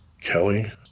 Kelly